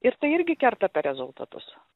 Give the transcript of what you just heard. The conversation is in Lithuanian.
ir tai irgi kerta per rezultatus